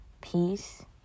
peace